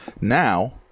now